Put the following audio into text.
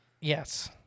Yes